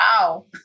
Wow